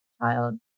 child